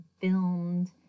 filmed